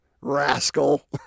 rascal